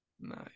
nice